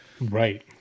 Right